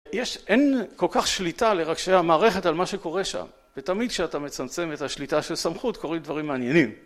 יש, אין כל כך שליטה לראשי המערכת על מה שקורה שם ותמיד כשאתה מצמצם את השליטה של סמכות קורים דברים מעניינים